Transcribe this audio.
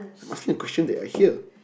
I'm asking a question that I hear